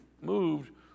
moved